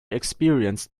experienced